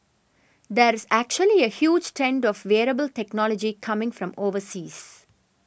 there is actually a huge trend of wearable technology coming from overseas